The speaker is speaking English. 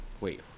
Wait